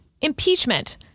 impeachment